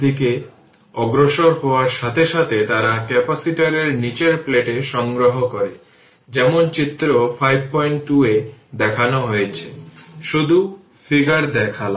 এবং আবার 4 থেকে 5 মাইক্রোসেকেন্ড এটি সময় পরিবর্তিত হয় 2 থেকে 4 মাইক্রোসেকেন্ডের মধ্যে এটি কনস্ট্যান্ট এই ভোল্টেজ সোর্স দেওয়া হয়